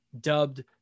dubbed